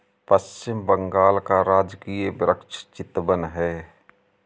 पश्चिम बंगाल का राजकीय वृक्ष चितवन है